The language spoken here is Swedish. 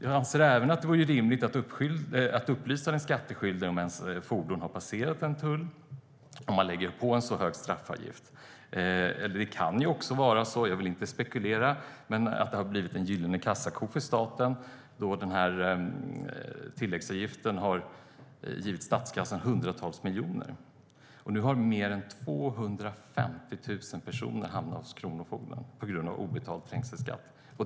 Jag anser att det även vore rimligt att upplysa den skattskyldige om att fordonet har passerat en tull om man lägger på en så hög straffavgift. Men det kan ju också vara så - nu vill jag inte spekulera - att detta har blivit en gyllene kassako för staten. Tilläggsavgiften har givit statskassan hundratals miljoner. Nu har fler än 250 000 personer hamnat hos Kronofogden på grund av obetald trängselskatt.